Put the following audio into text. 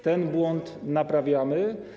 Ten błąd naprawiamy.